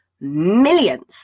millions